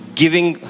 giving